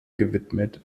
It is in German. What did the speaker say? gewidmet